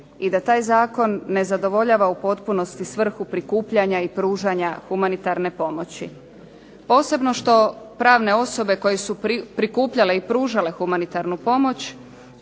i da taj zakon ne zadovoljava u potpunosti svrhu prikupljanja i pružanja humanitarne pomoći, posebno što pravne osobe koje su prikupljale i pružale humanitarnu pomoć